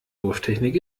wurftechnik